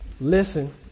Listen